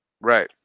Right